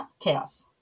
chaos